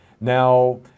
Now